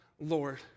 Lord